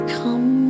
come